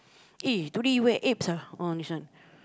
eh today you wear ah or this one